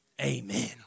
amen